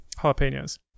jalapenos